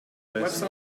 this